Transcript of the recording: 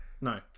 no